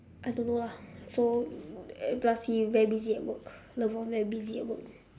I don't know lah so plus he very busy at work lebron very busy at work